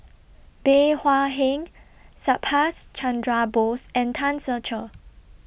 Bey Hua Heng Subhas Chandra Bose and Tan Ser Cher